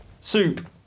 soup